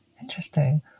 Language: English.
Interesting